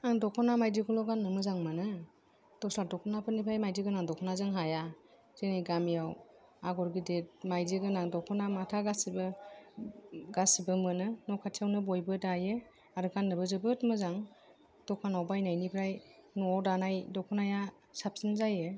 आं दख'ना माइदिखौल' गान्नो मोजां मोनो दस्रा दख'नाफोरनिफ्राय माइदि गोनां दख'नाजों हाया जोंनि गामियाव आगर गिदिर माइदि गोनां दख'ना माथा गासिबो गासिबो मोनो न' खाथियावनो बयबो दायो आरो गान्नोबो जोबोर मोजां दखानाव बायनायनिफ्राय न'आव दानाय दख'नाया साबसिन जायो